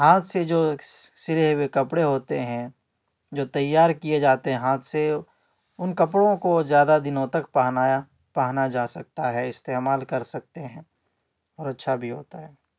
ہاتھ سے جو سلے ہوئے کپڑے ہوتے ہیں جو تیار کیے جاتے ہیں ہاتھ سے ان کپڑوں کو زیادہ دنوں تک پہنایا پہنا جا سکتا ہے استعمال کر سکتے ہیں اور اچھا بھی ہوتا ہے